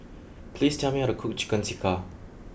please tell me how to cook Chicken Tikka